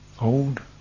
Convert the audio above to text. old